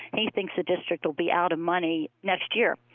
and he thinks the district will be out of money next year.